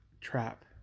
trap